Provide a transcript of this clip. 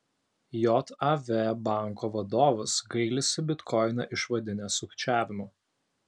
jav banko vadovas gailisi bitkoiną išvadinęs sukčiavimu